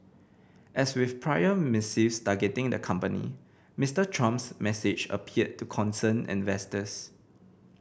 as with prior missives targeting the company Mister Trump's message appeared to concern investors